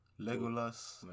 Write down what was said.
Legolas